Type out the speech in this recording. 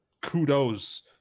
kudos